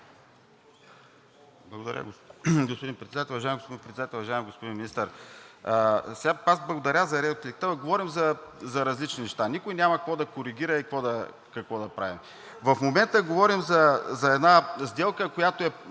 Уважаеми господин Председател, уважаеми господин Министър! Аз благодаря за репликата, но говорим за различни неща. Никой няма какво да коригира и какво да прави. В момента говорим за една сделка, която е